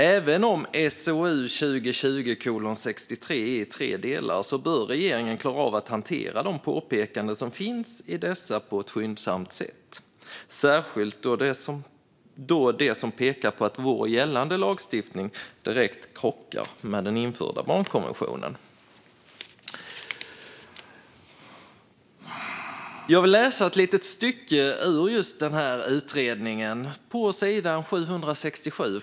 Även om SOU 2020:63 är i tre delar bör regeringen klara av att skyndsamt hantera de påpekanden som finns i dessa, särskilt påpekanden om att vår gällande lagstiftning direkt krockar med den införda barnkonventionen. Jag vill läsa ett litet stycke ur just denna utredning. Jag ska faktiskt läsa på s. 767.